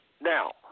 Now